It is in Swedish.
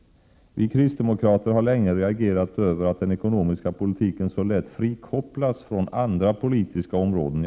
Vi kristdemokrater har länge reagerat över att den ekonomiska politiken så lätt frikopplas från andra politiska områden.